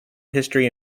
history